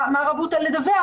מה הרבותא לדווח?